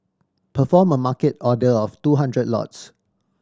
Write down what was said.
perform a Market order of two hundred lots